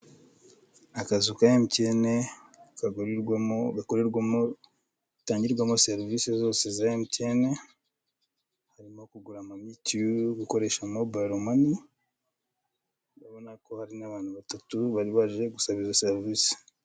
Inzu ifite ibara ry'umweru ndetse n'inzugi zifite ibaraya gusa umweru n'ibirahure by'umukara hasi hari amakaro ifite ibyumba bikodeshwa ibihumbi ijana na mirongo itanu by'amafaranga y'u Rwanda.